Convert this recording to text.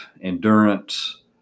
endurance